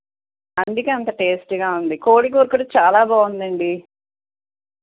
అందుకే అంత టేస్ట్గా ఉంది కోడి కూర కూడా చాలా బాగుందండి